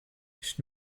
nicht